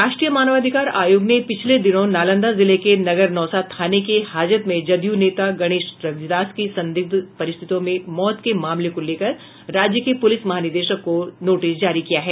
राष्ट्रीय मानवाधिकार आयोग ने पिछले दिनों नालंदा जिले के नगरनौसा थाने के हाजत में जदयू नेता गणेश रविदास की संदिग्ध परिस्थितियों में मौत के मामले को लेकर राज्य के पुलिस महानिदेशक को नोटिस जारी किया है